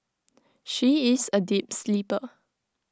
she is A deep sleeper